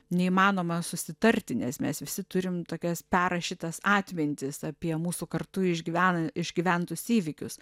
neįmanoma susitarti nes mes visi turim tokias perrašytas atmintis apie mūsų kartu išgyvena išgyventus įvykius